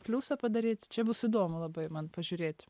pliusą padaryt čia bus įdomu labai man pažiūrėt